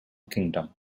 kingdom